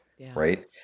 right